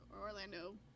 orlando